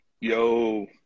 Yo